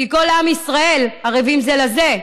כי כל עם ישראל ערבים זה לזה,